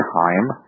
time